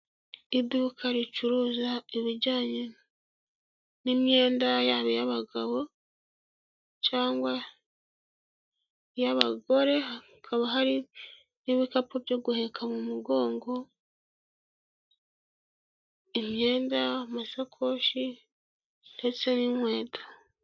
Iduka ricuruza ibijyanye n'imyenda yaba iy'abagabo cyangwa iy'abagore hakaba hari n'ibikapu byo guheka mu mugongo, imyenda amasakoshi ndetse n'inkweto.